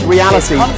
Reality